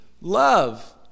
love